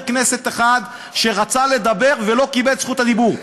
כנסת אחד שרצה לדבר ולא קיבל את זכות הדיבור.